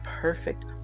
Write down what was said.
perfect